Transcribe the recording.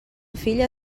filla